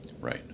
Right